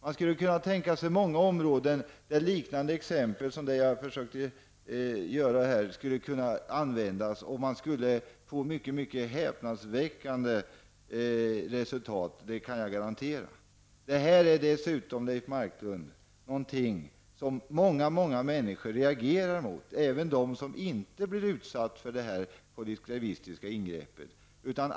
Vi skulle kunna ta många andra områden med liknande exempel, och vi skulle få häpnadsväckande resultat -- det kan jag garantera. Detta, Leif Marklund, reagerar många människor emot, även de som inte blir utsatta för detta socialistiska ingrepp.